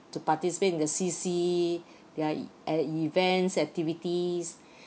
to participate in the C_C their e~ events activities